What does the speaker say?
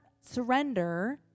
surrender